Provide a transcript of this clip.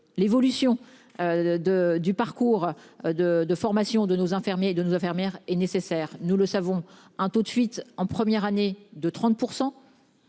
L'évolution. De du parcours de de formation de nos infirmiers et de nos infirmières et nécessaire, nous le savons, un taux de fuite en première année de 30